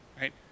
right